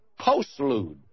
postlude